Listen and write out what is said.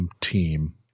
team